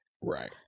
Right